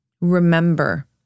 remember